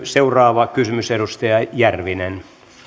seuraava kysymys edustaja järvinen